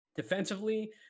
Defensively